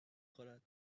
خورد